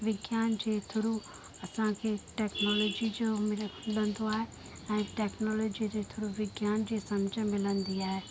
विज्ञान जे थ्रू असांखे टैक्नोलॉजी जो मिल मिलंदो आहे ऐं टैक्नोलॉजी जे थ्रू विज्ञान जी समुझ मिलंदी आहे